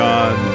God